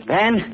Ben